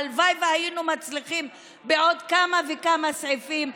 הלוואי והיינו מצליחים בעוד כמה וכמה סעיפים.